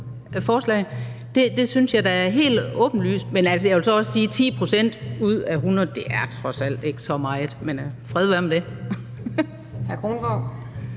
Det synes jeg da er helt åbenlyst. Men jeg vil altså også sige, at 10 pct. ud af 100 trods alt ikke er så meget, men fred være med det!